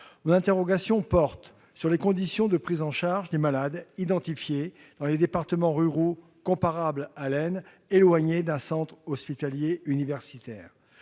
Mon interrogation porte sur les conditions de prise en charge des malades identifiés dans les départements ruraux comparables à l'Aisne, éloignés d'un centre hospitalier universitaire.